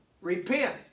repent